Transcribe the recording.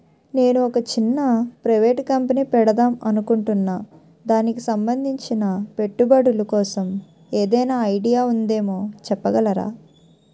నేను ఒక చిన్న ప్రైవేట్ కంపెనీ పెడదాం అనుకుంటున్నా దానికి సంబందించిన పెట్టుబడులు కోసం ఏదైనా ఐడియా ఉందేమో చెప్పగలరా?